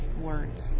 words